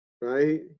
Right